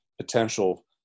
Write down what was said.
potential